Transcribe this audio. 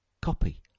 copy